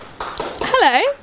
Hello